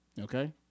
okay